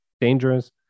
dangerous